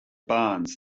barns